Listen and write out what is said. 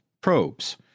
probes